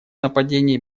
нападений